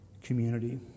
community